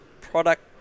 product